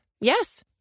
Yes